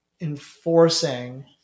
enforcing